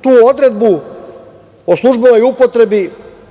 tu odredbu o službenoj upotrebi srpskog